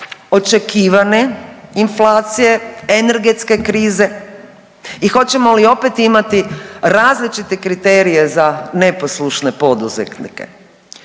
očekivane inflacije, energetske krize i hoćemo li opet imati različite kriterije za neposlušne poduzetnike.